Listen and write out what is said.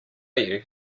you